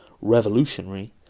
revolutionary